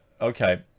okay